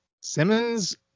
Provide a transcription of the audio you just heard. Simmons